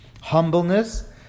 humbleness